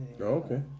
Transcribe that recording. okay